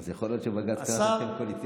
אז יכול להיות שבג"ץ קרא את ההסכמים הקואליציוניים?